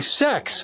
sex